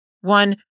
One